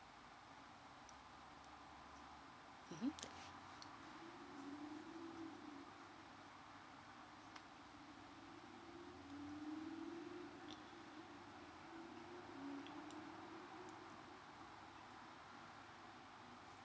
mmhmm